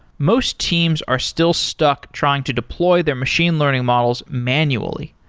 most teams are still stuck trying to deploy their machine learning models manually.